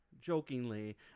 jokingly